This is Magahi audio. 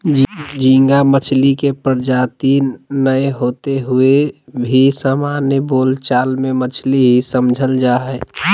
झींगा मछली के प्रजाति नै होते हुए भी सामान्य बोल चाल मे मछली ही समझल जा हई